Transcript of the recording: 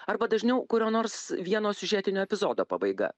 arba dažniau kurio nors vieno siužetinio epizodo pabaiga